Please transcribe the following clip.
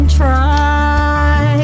try